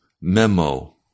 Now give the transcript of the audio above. memo